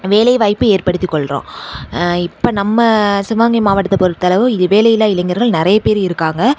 வேலைவாய்ப்பு ஏற்படுத்தி கொள்கிறோம் இப்போ நம்ம சிவகங்கை மாவட்டத்தை பொறுத்த அளவு இது வேலை இல்லா இளைஞர்கள் நிறைய பேரு இருக்காங்க